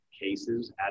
cases